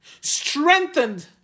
strengthened